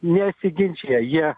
nesiginčija jie